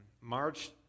March